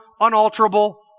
unalterable